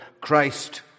Christ